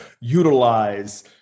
utilize